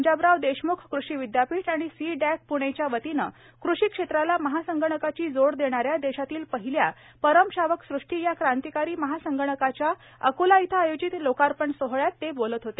पंजाबराव देशम्ख कृषी विद्यापीठ आणि सी डॅंक प्णेच्या वतीने कृषी क्षेत्राला महासंगणकाची जोड देणाऱ्या देशातील पहिल्या परम शावक सुष्टी या क्रांतिकारी महासंगणकाच्या अकोला इथं आयोजित लोकार्पण सोहळयात ते बोलत होते